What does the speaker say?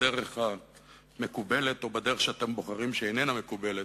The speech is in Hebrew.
בדרך המקובלת או בדרך שאתם בוחרים, שאיננה מקובלת,